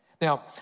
Now